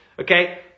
Okay